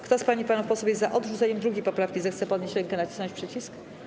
Kto z pań i panów posłów jest za odrzuceniem 2. poprawki, zechce podnieść rękę i nacisnąć przycisk.